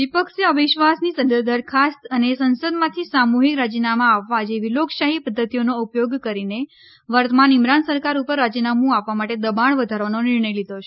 વિપક્ષે અવિશ્વાસની દરખાસ્ત અને સંસદમાંથી સામુહીક રાજીનામા આપવા જેવી લોકશાહી પધ્ધતિઓનો ઉપયોગ કરીને વર્તમાન ઇમરાન સરકાર ઉપર રાજીનામુ આપવા માટે દબાણ વધારવાનો નિર્ણય લીધો છે